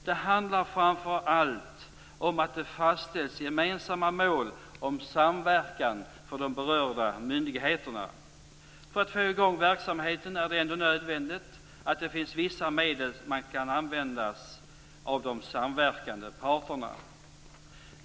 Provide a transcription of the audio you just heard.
Det handlar framför allt om att det fastställs gemensamma mål om samverkan för de berörda myndigheterna. För att få i gång verksamheten är det ändå nödvändigt att det finns vissa medel som kan användas av de samverkande parterna.